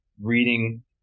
reading